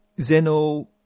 Zeno